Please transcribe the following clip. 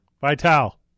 Vital